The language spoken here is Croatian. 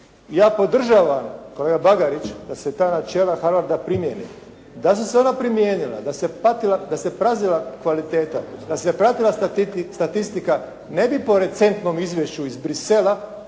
Ja podržavam kolega Bagarić da se ta načela Harvarda primjene. Da su se ona primijenila, da se pratila kvaliteta, da se pratila statistika ne bi po recentnom izvješću iz Bruxellesa